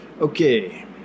Okay